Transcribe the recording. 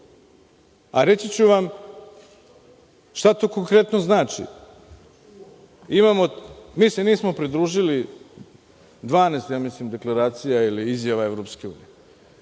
A reći ću vam šta to konkretno znači. Mi se nismo pridružili 12 ja mislim dekleracija ili izjava EU.